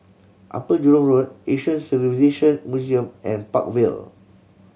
Upper Jurong Road Asian Civilisation Museum and Park Vale